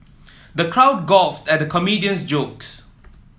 the crowd guffawed at the comedian's jokes